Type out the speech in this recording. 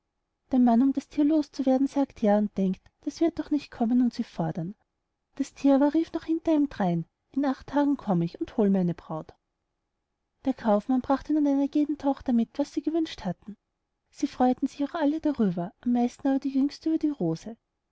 der mann um das thier los zu werden sagt ja und denkt das wird doch nicht kommen und sie fordern das thier aber rief noch hinter ihm drein in acht tagen komm ich und hol meine braut der kaufmann brachte nun einer jeden tochter mit was sie gewünscht hatten sie freuten sich auch alle darüber am meisten aber die jüngste über die rose